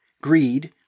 Greed